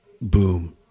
boom